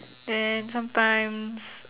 then sometimes